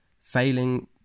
failing